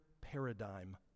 paradigm